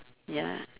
ya